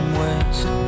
west